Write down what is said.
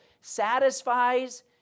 satisfies